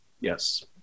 Yes